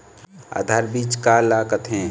आधार बीज का ला कथें?